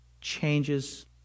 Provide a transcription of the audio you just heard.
changes